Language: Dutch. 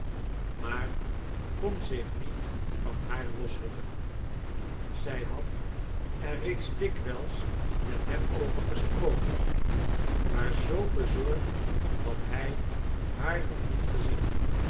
maar kon zich niet van haar losrukken zij had er reeds dikwijls met hem over gesproken maar zoo bezorgd had hij haar nog niet gezien